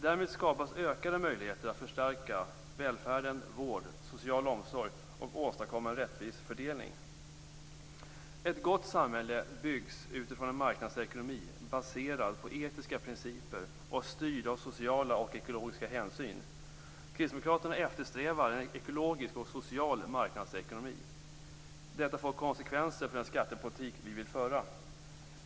Därmed skapas ökade möjligheter att förstärka välfärden, vård, social omsorg och åstadkomma en rättvis fördelning. Ett gott samhälle byggs utifrån en marknadsekonomi baserad på etiska principer och styrd av sociala och ekologiska hänsyn. Kristdemokraterna eftersträvar en ekologisk och social marknadsekonomi. Detta får konsekvenser för den skattepolitik som vi vill föra.